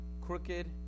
Crooked